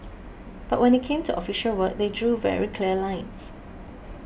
but when it came to official work they drew very clear lines